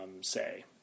say